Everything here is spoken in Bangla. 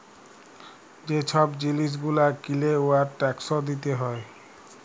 যে ছব জিলিস গুলা কিলে উয়ার ট্যাকস দিতে হ্যয়